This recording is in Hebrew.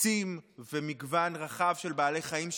עצים ומגוון רחב של בעלי חיים שחיים.